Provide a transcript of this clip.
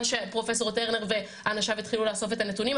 שפרופ' טרנר ואנשיו התחילו לאסוף את הנתונים,